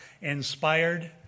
inspired